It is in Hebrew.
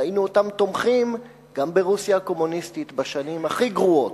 ראינו אותם תומכים גם ברוסיה הקומוניסטית בשנים הכי גרועות.